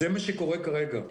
זה מה שקורה כרגע.